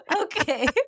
Okay